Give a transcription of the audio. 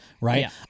right